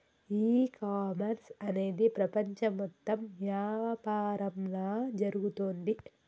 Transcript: e commerce అనేది ప్రపంచం మొత్తం యాపారంలా జరుగుతోంది